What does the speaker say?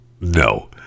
no